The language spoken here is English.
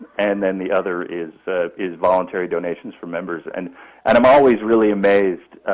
and then the other is is voluntary donations from members. and and i'm always really amazed,